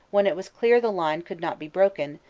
when it was clear the line could not be broken,